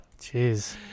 Jeez